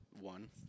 one